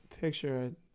picture